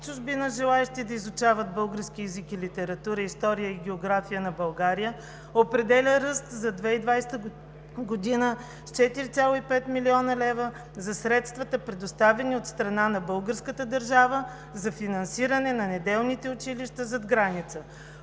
чужбина, желаещи да изучават български език и литература, история и география на България, определя ръст за 2020 г. с 4,5 млн. лв. за средствата, предоставени от страна на българската държава за финансиране на неделните училища зад граница.